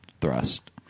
thrust